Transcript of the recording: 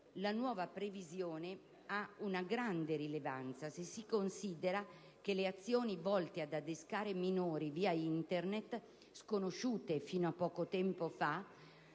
La nuova previsione ha una grande rilevanza, se si considera che le azioni volte ad adescare minori via Internet, sconosciute fino a poco tempo fa,